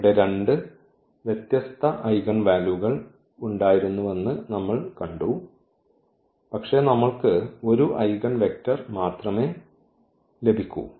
ഇവിടെ രണ്ട് വ്യത്യസ്ത ഐഗൺ വാല്യൂകൾ ഉണ്ടായിരുന്നുവെന്ന് നമ്മൾ കണ്ടു പക്ഷേ നമ്മൾക്ക് ഒരു ഐഗൺവെക്റ്റർ മാത്രമേ ലഭിക്കൂ